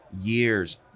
years